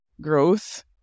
growth